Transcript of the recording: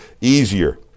easier